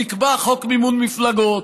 נקבע חוק מימון מפלגות,